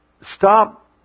stop